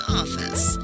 office